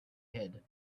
hid